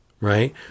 right